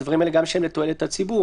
הדברים האלה שהם לתועלת הציבור,